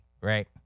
right